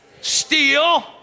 Steal